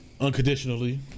Unconditionally